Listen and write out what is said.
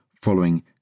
following